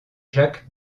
jacques